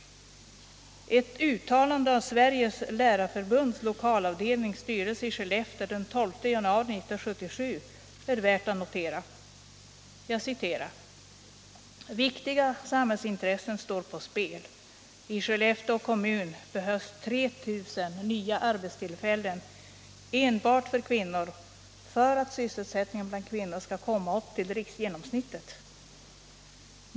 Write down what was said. Ett uttalande av Sveriges lärarförbunds lokalavdelnings styrelse i Skellefteå den 12 januari 1977 är värt att notera. Jag citerar: ”Viktiga samhällsintressen står på spel. I Skellefteå kommun behövs 3000 nya arbetstillfällen enbart för kvinnor för att sysselsättningen bland kvinnor skall komma upp till riksgenomsnittet.